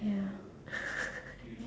ya